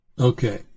Okay